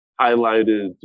highlighted